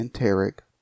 enteric